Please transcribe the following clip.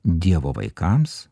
dievo vaikams